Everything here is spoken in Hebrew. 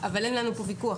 אבל אין לנו פה ויכוח.